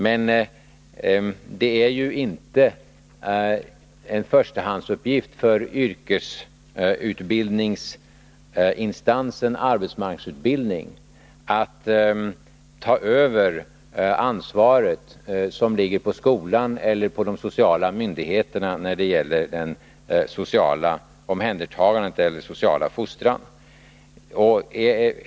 Men det är ju inte en förstahandsuppgift för yrkesutbildningsinstansen arbetsmarknadsutbildningen att ta över det ansvar som ligger på skolorna eller på de sociala myndigheterna när det gäller det sociala omhändertagandet eller den sociala fostran.